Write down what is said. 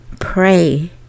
pray